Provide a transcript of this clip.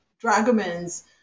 Dragomans